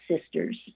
sisters